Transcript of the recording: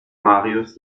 marius